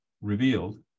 revealed